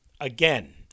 Again